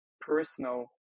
personal